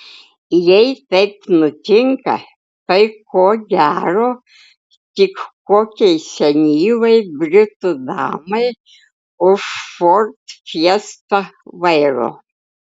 jei taip nutinka tai ko gero tik kokiai senyvai britų damai už ford fiesta vairo